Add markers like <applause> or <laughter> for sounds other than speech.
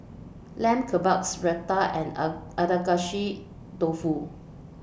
Lamb Kebabs Raita and <unintelligible> Agedashi Dofu